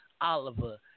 Oliver